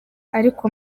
ariko